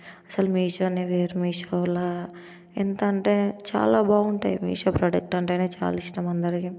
అసలు మీషోనే వేరు అసలు మీషోలో ఎంతంటే చాలా బాగుంటాయి మీషో ప్రోడక్ట్ అంటేనే చాలా ఇష్టం అందరికి